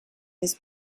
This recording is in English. his